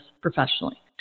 professionally